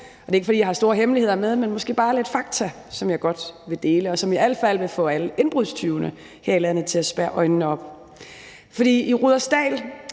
Det er ikke, fordi jeg har store hemmeligheder med, men måske bare lidt fakta, som jeg godt vil dele, og som i al fald vil få alle indbrudstyvene her i landet til at spærre øjnene op. For i Rudersdal